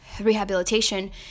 rehabilitation